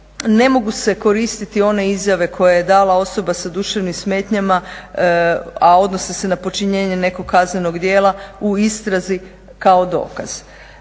Ne mogu se koristiti one izjave koje je dala osoba sa duševnim smetnjama, a odnose se na počinjenje nekog kaznenog djela u istrazi kao dokaz.